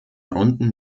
runden